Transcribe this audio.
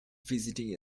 visiting